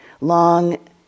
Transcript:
long